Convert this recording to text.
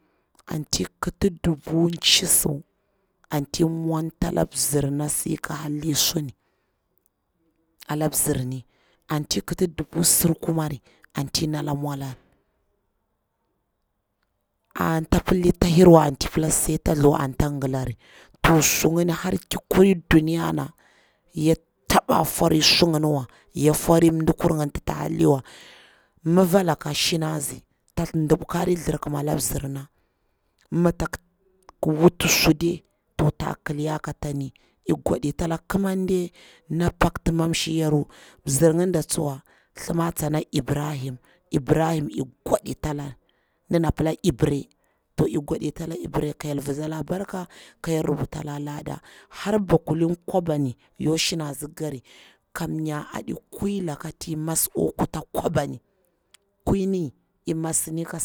Anti kiti dubu chisu anti mwan tala mzir na sika halli suni, ala mzirni, anti kiti dubu sur kumari anti nda mwalani, anta pilli ta hirwa anti pila sai kata thuwa anta gilari, to sungini har ki kuri duniya na ya taba fori su ngini wa, ya kwa fori mdikur ngini nati ta halinwa. Mafa laka shina tsi ta dubu karir thlirkima da mzirna, mi tak wati su dai to ta kilayari kata ndi ik gwadita ala kimande na pakti momshir yaru, nizir nginda tsuwa thlima tsana ibrahim, ibrahim ik gwadita hari ndana pille ibrai to ik gwaditalari, ik gwaditi da ibrai ka hyel vitsala barka, ka hyel rubuta la lada, har ba kulin kwaba ndi tsanini yakwa shina tsi kilari, kamnya aɗi kwai laka ti masa akwa kuta kwabani kwui ni i masa kisari.